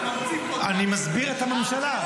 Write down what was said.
מה, אתה ממציא פה --- אני מסביר את הממשלה.